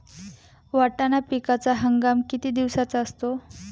वाटाणा पिकाचा हंगाम किती दिवसांचा असतो?